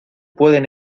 pueden